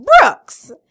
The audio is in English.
Brooks